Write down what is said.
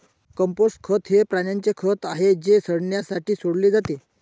compost खत हे प्राण्यांचे खत आहे जे सडण्यासाठी सोडले जाते